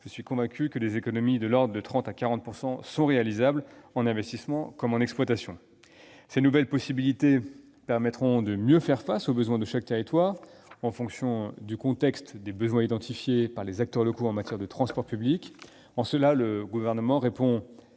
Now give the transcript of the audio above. je suis convaincu que des économies de l'ordre de 30 % à 40 % sont réalisables, en investissement comme en exploitation. Ces nouvelles possibilités permettront de mieux faire face aux besoins de chaque territoire, en fonction du contexte et des besoins identifiés par les acteurs locaux en matière de transport public. En cela, le Gouvernement répond